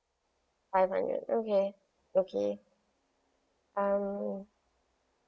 five hundred okay okay um